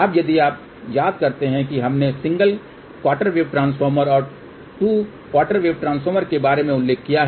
अब यदि आप याद करते हैं कि हमने सिंगल क्वार्टर वेव ट्रांसफार्मर और 2 क्वार्टर वेव ट्रांसफार्मर के बारे में उल्लेख किया है